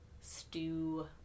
stew